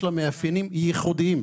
יש לה מאפיינים ייחודיים.